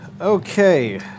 Okay